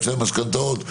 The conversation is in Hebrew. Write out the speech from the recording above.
יועצי המשכנתאות,